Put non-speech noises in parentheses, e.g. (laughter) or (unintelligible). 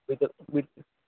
সে তো (unintelligible)